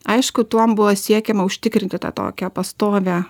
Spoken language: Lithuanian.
aišku tuom buvo siekiama užtikrinti tą tokią pastovią